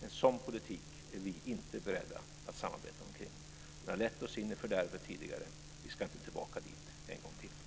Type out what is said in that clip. En sådan politik är vi inte beredda att samarbeta omkring. Den har lett oss in i fördärvet tidigare. Vi ska inte tillbaka dit en gång till.